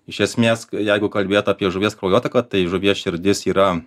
iš esmės jeigu kalbėt apie žuvies kraujotaką tai žuvies širdis yra